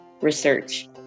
research